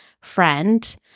friend